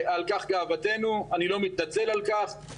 על כך גאוותנו, אני לא מתנצל על כך.